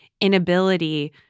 inability